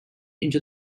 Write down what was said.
into